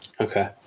Okay